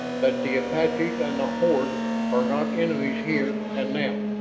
that the apaches and the horde are not enemies here and now,